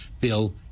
bill